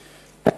באכיפה.